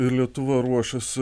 ir lietuva ruošiasi